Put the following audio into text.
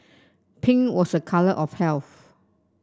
pink was a colour of health